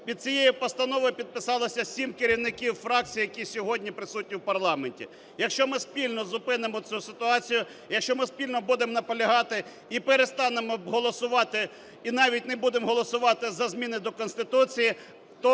Під цією постановою підписалися 7 керівників фракцій, які сьогодні присутні в парламенті. Якщо ми спільно зупинимо цю ситуацію, якщо ми спільно будемо наполягати і перестанемо голосувати, і навіть не будемо голосувати за зміни до Конституції,